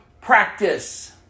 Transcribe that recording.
practice